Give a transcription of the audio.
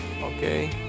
Okay